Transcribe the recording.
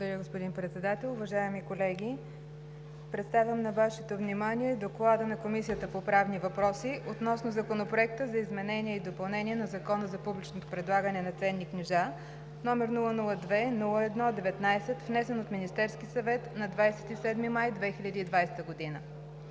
Ви, господин Председател. Уважаеми колеги, представям на Вашето внимание: „ДОКЛАД на Комисията по правни въпроси относно Законопроект за изменение и допълнение на Закона за публичното предлагане на ценни книжа, № 002-01-19, внесен от Министерския съвет на 27 май 2020 г.